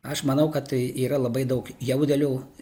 aš manau kad tai yra labai daug jaudelio